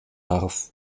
darf